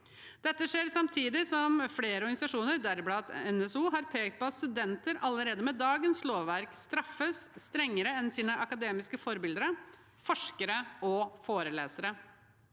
Dette skjer samtidig som flere organisasjoner, deriblant NSO, har pekt på at studenter allerede med dagens lovverk straffes strengere enn sine akademiske forbilder, forskere og forelesere.